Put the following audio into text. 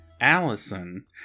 Allison